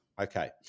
Okay